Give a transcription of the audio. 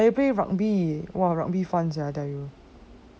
eh I play rugby !wah! rugby fun sia of course